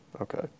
Okay